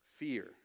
Fear